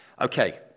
Okay